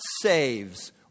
saves